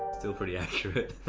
still pretty accurate.